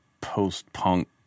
post-punk